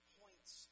points